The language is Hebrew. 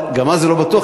גם אז זה לא בטוח.